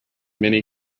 many